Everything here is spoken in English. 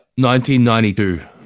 1992